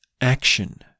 action